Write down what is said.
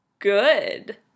good